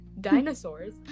Dinosaurs